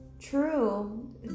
true